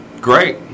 great